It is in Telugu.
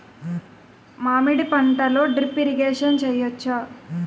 మామిడి పంటలో డ్రిప్ ఇరిగేషన్ చేయచ్చా?